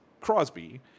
Crosby